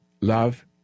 love